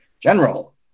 general